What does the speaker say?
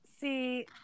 see